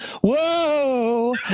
Whoa